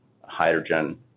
hydrogen